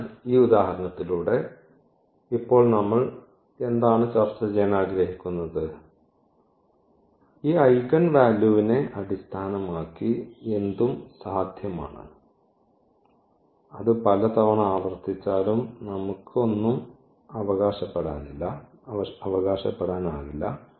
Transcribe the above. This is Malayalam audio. അതിനാൽ ഈ ഉദാഹരണത്തിലൂടെ ഇപ്പോൾ നമ്മൾ എന്താണ് ചർച്ച ചെയ്യാൻ ആഗ്രഹിക്കുന്നത് ഈ ഐഗൻ വാല്യൂവിനെ അടിസ്ഥാനമാക്കി എന്തും സാധ്യമാണ് അത് പലതവണ ആവർത്തിച്ചാലും നമുക്ക് ഒന്നും അവകാശപ്പെടാനാകില്ല